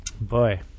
boy